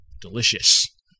Delicious